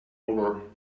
over